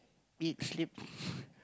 eat sleep